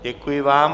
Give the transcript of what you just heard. Děkuji vám.